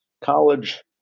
college